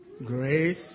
Grace